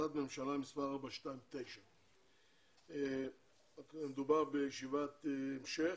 החלטת ממשלה מספר 429. מדובר בישיבת המשך,